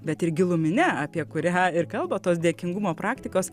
bet ir gilumine apie kurią ir kalba tos dėkingumo praktikos